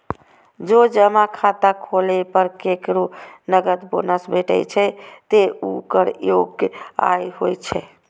जौं जमा खाता खोलै पर केकरो नकद बोनस भेटै छै, ते ऊ कर योग्य आय होइ छै